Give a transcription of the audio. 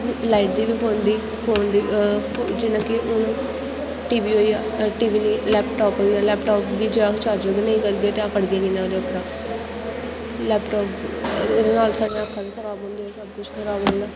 light दी बी पौंदी फोन दी जियां कि हून टी बी होई गेआ टी बी निं लैपटाप होई गेआ लैपटाप गी जे अस चार्जर गै नेईं करगे ते अह् पढ़गे कि'यां ओह्दे उप्परा लैपटाप एह्दे नाल साढ़ी अक्खां बी खराब होंदियां सब्भ कुछ खराब होंदा